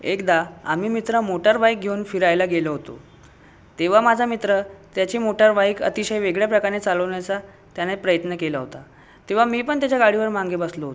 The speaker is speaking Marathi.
एकदा आम्ही मित्र मोटारबाईक घेऊन फिरायला गेलो होतो तेव्हा माझा मित्र त्याची मोटारबाईक अतिशय वेगळ्या प्रकाराने चालवण्याचा त्याने प्रयत्न केला होता तेव्हा मी पण त्याच्या गाडीवर मागे बसलो होतो